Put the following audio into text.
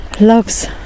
loves